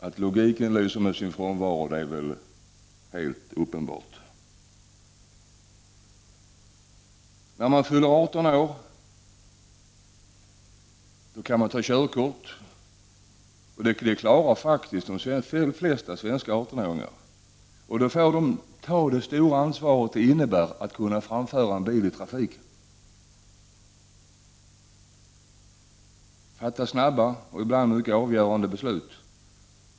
Att logiken lyser med sin frånvaro = Prot. 1989/90:32 är väl helt uppenbart. 24 november 1989 När man fyller 18 år kan man ta körkort. Det klarar faktiskt de flesta. svenska 18-åringar. Då får de ta det stora ansvar det innebär att framföra bil i trafiken. De måste fatta snabba och ibland mycket avgörande beslut.